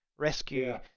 rescue